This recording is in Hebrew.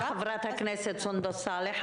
חברת הכנסת סונדוס סאלח,